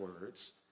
words